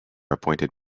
appointed